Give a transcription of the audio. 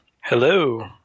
hello